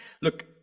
look